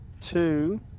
two